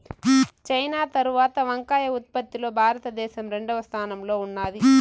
China తరవాత వంకాయ ఉత్పత్తి లో భారత దేశం రెండవ స్థానం లో ఉన్నాది